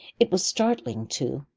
it was startling, too,